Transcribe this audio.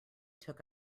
took